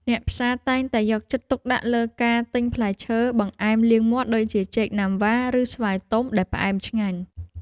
អ្នកផ្សារតែងតែយកចិត្តទុកដាក់លើការទិញផ្លែឈើបង្អែមលាងមាត់ដូចជាចេកណាំវ៉ា ឬស្វាយទុំដែលផ្អែមឆ្ងាញ់។